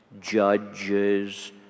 judges